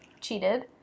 cheated